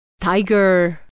Tiger